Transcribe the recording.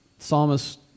Psalmist